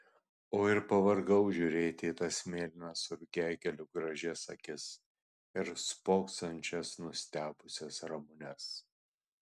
o ir pavargau žiūrėti į tas mėlynas rugiagėlių gražias akis ir spoksančias nustebusias ramunes